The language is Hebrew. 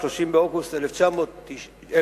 30 באוגוסט 1966,